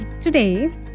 today